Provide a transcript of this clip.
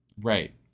Right